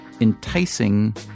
enticing